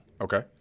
Okay